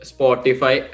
Spotify